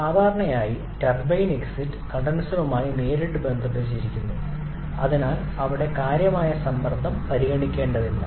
സാധാരണയായി turbine exit കണ്ടൻസറുമായി നേരിട്ട് ബന്ധിപ്പിച്ചിരിക്കുന്നു അതിനാൽ അവിടെ കാര്യമായ സമ്മർദ്ദം പരിഗണിക്കേണ്ടതില്ല